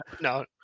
no